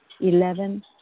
Eleven